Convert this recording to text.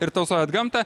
ir tausojat gamtą